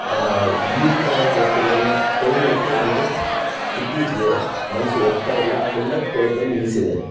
ಈ ಥರದ ವಸ್ತುಗಳನ್ನು ಕೊಳ್ಳಲಿಕ್ಕೆ ನನಗೆ ಇತ್ತೀಚೆಗೆ ಮನಸ್ಸು ಒಪ್ಪುತ್ತಾ ಇಲ್ಲ ಆದ್ದರಿಂದ ಕೊಳ್ಳೋದನ್ನು ನಿಲ್ಸಿದ್ದೇನೆ